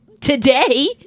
Today